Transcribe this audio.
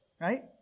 right